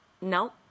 No